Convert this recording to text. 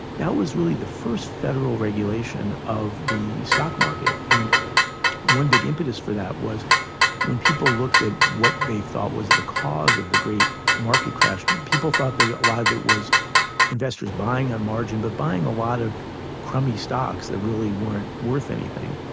that was really the first federal regulation of the stock market, and one big impetus for that was when people looked at what they thought was the cause of the great market crash people thought that a lot of it was investors buying a and margin, but buying a lot of crummy stocks that really weren't worth anything.